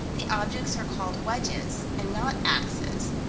the objects are called wedges and not axes.